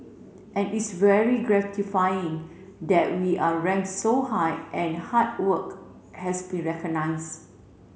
and it's very gratifying that we are rank so high and hard work has been recognize